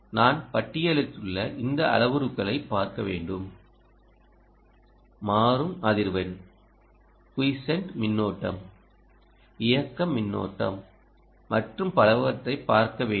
நான் பட்டியலிட்டுள்ள இந்த அளவுருக்களை பார்க்க வேண்டும் மாறும் அதிர்வெண் குயிசண்ட் மின்னோட்டம் இயக்க மின்னோட்டம் மற்றும் பலவற்றை பார்க்க வேண்டும்